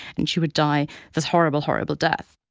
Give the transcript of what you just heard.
and she would die this horrible, horrible death